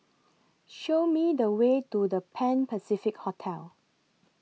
Show Me The Way to The Pan Pacific Hotel